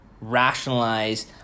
rationalize